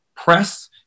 Press